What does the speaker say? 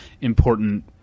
important